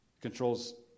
controls